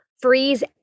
freeze